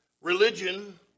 religion